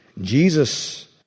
Jesus